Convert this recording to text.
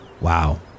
Wow